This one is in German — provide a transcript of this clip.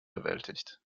bewältigt